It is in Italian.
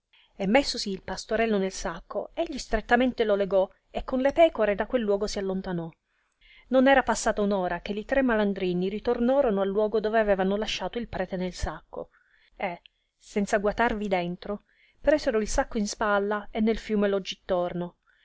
e messosi il pastorello nel sacco egli strettamente lo legò e con le pecore da quel luogo si allontanò non era ancor passata un'ora che li tre malandrini ritornorono al luogo dove avevano lasciato il prete nel sacco e senza guatarvi dentro presero il sacco in spalla e nel fiume lo gittorno